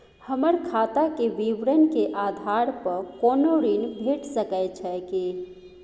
हमर खाता के विवरण के आधार प कोनो ऋण भेट सकै छै की?